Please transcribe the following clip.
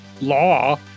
law